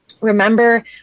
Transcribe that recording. Remember